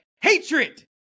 hatred